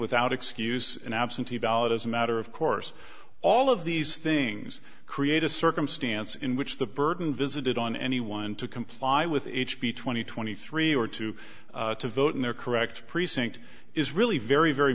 without excuse an absentee ballot as a matter of course all of these things create a circumstance in which the burden visited on anyone to comply with h b twenty twenty three or two to vote in their correct precinct is really very very